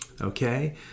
Okay